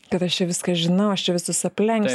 kad aš čia viską žinau aš čia visus aplenksiu